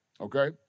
okay